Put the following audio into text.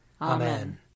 Amen